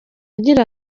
agira